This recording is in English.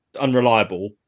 Unreliable